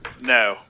No